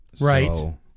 Right